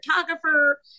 photographer